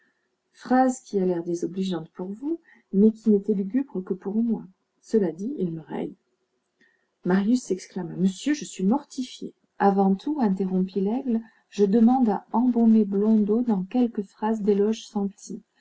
phrase qui a l'air désobligeante pour vous mais qui n'était lugubre que pour moi cela dit il me raye marius s'exclama monsieur je suis mortifié avant tout interrompit laigle je demande à embaumer blondeau dans quelques phrases d'éloge senti